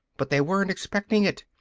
but they weren't expectin' it!